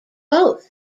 both